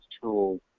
tools